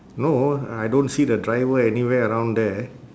no I don't see the driver anywhere around there